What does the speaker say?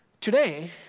Today